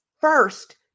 first